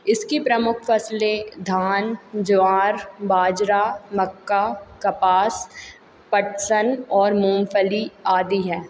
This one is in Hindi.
इसकी प्रमुख फसलें धान ज्वार बाजरा मक्का कपास पटसन और मूंगफ़ली आदि हैं